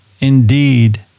indeed